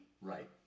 Right